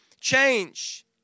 change